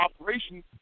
operation